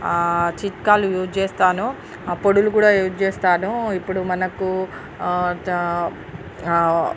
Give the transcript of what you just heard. చిట్కాలు యూస్ చే స్తాను పొడులు కూడా యూస్ చేస్తాను ఇప్పుడు మనకు జ